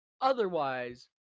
Otherwise